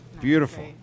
Beautiful